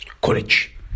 college